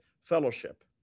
fellowship